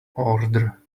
order